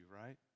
right